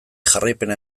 jarraipena